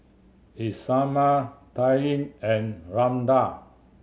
Isamar Taryn and Randal